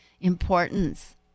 importance